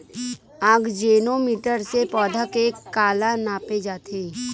आकजेनो मीटर से पौधा के काला नापे जाथे?